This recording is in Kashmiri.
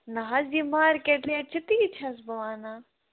نہ حظ یِم مارکیٹ ریٹ چھِ تی چھَس بہٕ وَنان